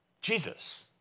Jesus